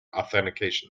authentication